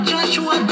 Joshua